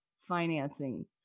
financing